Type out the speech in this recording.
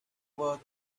work